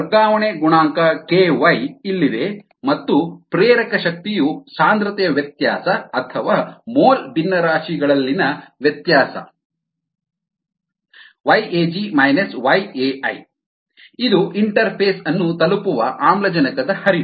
ವರ್ಗಾವಣೆ ಗುಣಾಂಕ ky ಇಲ್ಲಿದೆ ಮತ್ತು ಪ್ರೇರಕ ಶಕ್ತಿಯು ಸಾಂದ್ರತೆಯ ವ್ಯತ್ಯಾಸ ಅಥವಾ ಮೋಲ್ ಭಿನ್ನರಾಶಿಗಳಲ್ಲಿನ ವ್ಯತ್ಯಾಸ ಇದು ಇಂಟರ್ಫೇಸ್ ಅನ್ನು ತಲುಪುವ ಆಮ್ಲಜನಕದ ಹರಿವು